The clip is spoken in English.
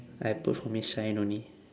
I put for me shine only